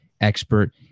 expert